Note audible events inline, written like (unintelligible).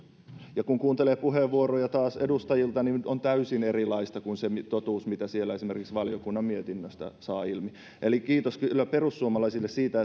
ja kun kuuntelee puheenvuoroja taas edustajilta niin puhe on täysin erilaista kuin se totuus mitä esimerkiksi sieltä valiokunnan mietinnöstä käy ilmi eli kiitos kyllä perussuomalaisille siitä (unintelligible)